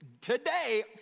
today